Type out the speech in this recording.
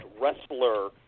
wrestler